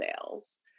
sales